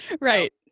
Right